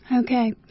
Okay